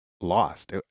lost